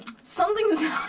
something's